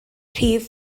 rhif